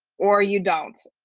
or you don't.